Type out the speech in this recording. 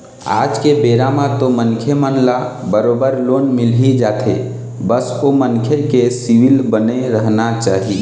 आज के बेरा म तो मनखे मन ल बरोबर लोन मिलही जाथे बस ओ मनखे के सिविल बने रहना चाही